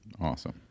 Awesome